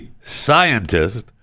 scientist